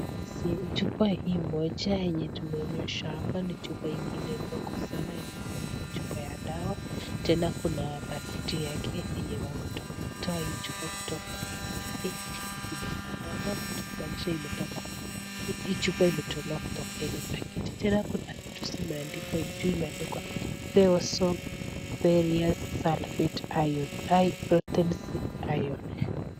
Chupa hii moja yenye tumeonyeshwa hapa ,ni chupa ingine ndogo sana na inaonekana ni chupa ya dawa, tena kuna pakiti yake yenye wametoa hii chupa kutoka ndani yake. Zimefanana kumaanisha hii chupa imetolewa kutoka ile pakiti. Tena kuna vitu zimeandikwa juu imeandikwa 'Feosol Ferrous Sulfate iron. High Potency Iron'.